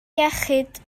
iechyd